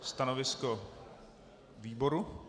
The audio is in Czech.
Stanovisko výboru?